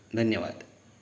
धन्यवाद